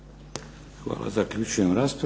Hvala. Zaključujem raspravu.